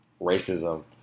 racism